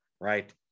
right